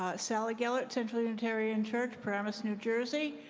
ah sally gellert, central unitarian church, paramus, new jersey.